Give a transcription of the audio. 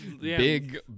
big